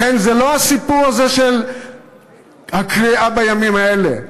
לכן זה לא הסיפור הזה של הקריאה בימים האלה.